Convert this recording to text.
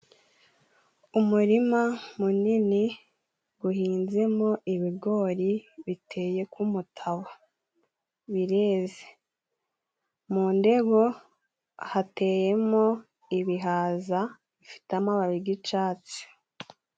Umurima munini uhinzemo ibigori biteye ku mutabo. Bireze, mu ndebo hateyemo ibihaza bifite amababi g'icatsi.